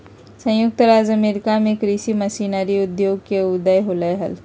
संयुक्त राज्य अमेरिका में कृषि मशीनरी उद्योग के उदय होलय हल